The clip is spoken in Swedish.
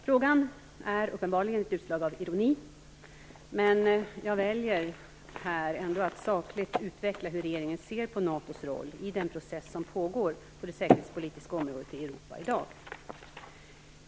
Frågan är uppenbarligen ett utslag av ironi, men jag väljer att här sakligt utveckla hur regeringen ser på NATO:s roll i den process som pågår på det säkerhetspolitiska området i Europa i dag.